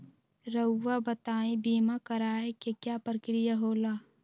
रहुआ बताइं बीमा कराए के क्या प्रक्रिया होला?